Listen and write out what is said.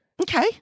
Okay